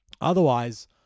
otherwise